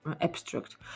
abstract